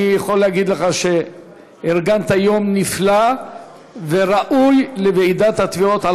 אני יכול להגיד לך שארגנת יום נפלא וראוי לוועידת התביעות,